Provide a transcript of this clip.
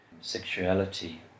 sexuality